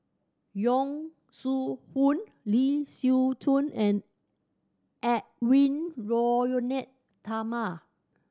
Yong Shu Hoong Lee Siew Choh and Edwy Lyonet Talma